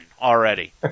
already